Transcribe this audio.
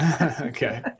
Okay